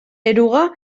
eruga